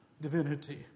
divinity